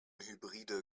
hybride